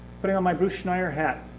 putting on my bruce schneider hat,